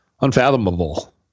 unfathomable